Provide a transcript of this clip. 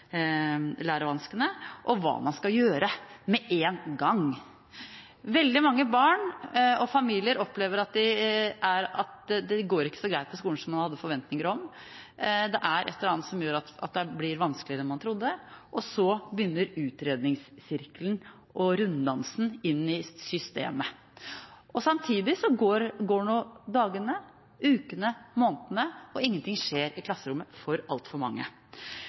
lærevanskene, og hva man skal gjøre, med en gang. Veldig mange barn og familier opplever at det ikke går så greit på skolen som de hadde forventninger om – det er et eller annet som gjør at det blir vanskeligere enn man trodde. Så begynner utredningssirkelen og runddansen i systemet. Samtidig går dagene, ukene og månedene, og for altfor mange skjer ingenting i klasserommet.